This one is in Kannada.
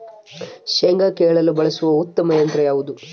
ಶೇಂಗಾ ಕೇಳಲು ಬಳಸುವ ಉತ್ತಮ ಯಂತ್ರ ಯಾವುದು?